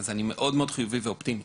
אז אני מאוד חיובי ואופטימי.